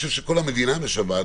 כל המדינה משוועת.